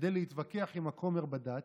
כדי להתווכח עם הכומר בדת,